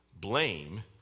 blame